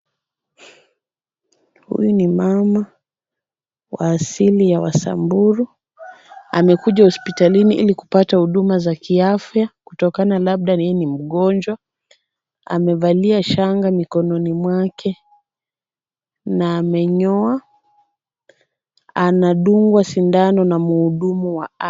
Huyu ni mama wa asili ya wasamburu amekuja hospitalini ili kupata huduma za kiafya kutokana labda yeye ni mgonjwa. Amevalia shanga mikononi mwake na amenyoa, anadungwa sindano na mhudumi wa afya.